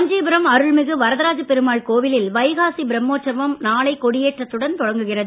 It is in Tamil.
காஞ்சிபுரம் அருள்மிகு வரதராஜ பெருமாள் கோவிலில் வைகாசி பிரமோற்சவம் நாளை கொடியேற்றத்துடன் தொடங்குகிறது